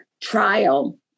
trial